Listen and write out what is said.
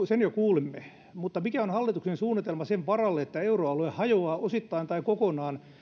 sen jo kuulimme mutta mikä on hallituksen suunnitelma sen varalle että euroalue hajoaa osittain tai kokonaan